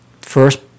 first